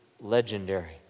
legendary